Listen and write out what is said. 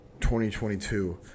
2022